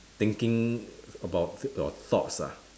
thinking about your thoughts lah